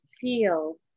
feel